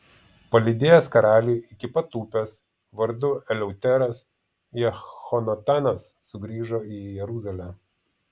palydėjęs karalių iki pat upės vardu eleuteras jehonatanas sugrįžo į jeruzalę